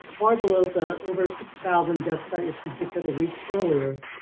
far below the over six thousand deaths that were predicted a week earlier.